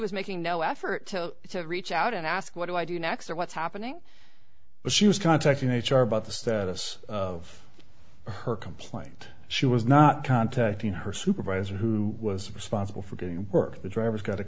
was making no effort to reach out and ask what do i do next or what's happening but she was contacting h r about the status of her complaint she was not contacting her supervisor who was responsible for getting work the driver's got to